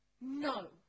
no